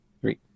Three